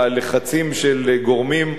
והלחצים של גורמים,